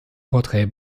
porträt